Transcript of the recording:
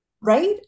right